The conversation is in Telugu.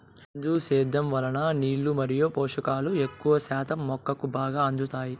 బిందు సేద్యం వలన నీళ్ళు మరియు పోషకాలు ఎక్కువ శాతం మొక్కకు బాగా అందుతాయి